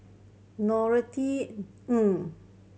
Norothy Ng